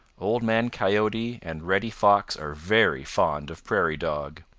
old man coyote and reddy fox are very fond of prairie dog.